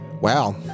wow